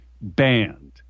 banned